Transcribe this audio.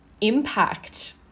Impact